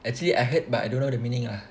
actually I heard but I don't know the meaning lah